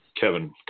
Kevin